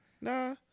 Nah